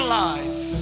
life